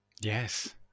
Yes